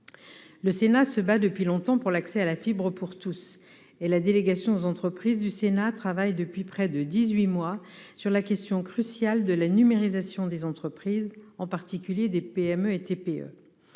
Le Sénat se bat depuis longtemps pour l'accès à la fibre pour tous, et la délégation aux entreprises du Sénat travaille depuis près de dix-huit mois sur la question cruciale de la numérisation des entreprises, en particulier des PME et TPE.